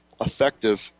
effective